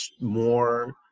more